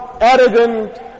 arrogant